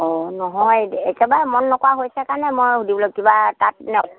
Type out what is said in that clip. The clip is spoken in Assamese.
অঁ নহয় একেবাৰে মন নকৰা হৈছে কাৰণে মই সুধিবলৈ কিবা তাত ন